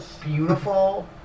beautiful